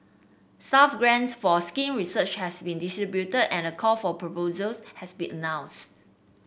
staff grants for skin research has been distributed and a call for proposals has been announce